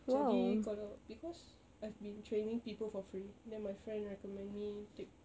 jadi kalau because I've been training people for free then my friend recommend me take